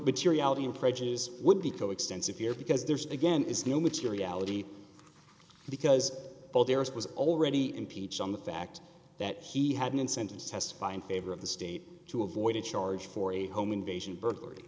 materiality and prejudice would be coextensive here because there's again is no materiality because it was already impeached on the fact that he had an incentive to testify in favor of the state to avoid a charge for a home invasion burglary